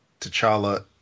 T'Challa